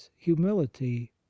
humility